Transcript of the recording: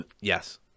yes